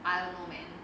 I don't know man